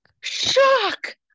Shock